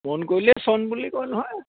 মন কৰিলেই চন বুলি কয় নহয়